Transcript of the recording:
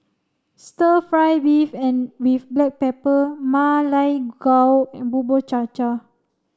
stir fry beef and with black pepper Ma Lai Gao and Bubur Cha Cha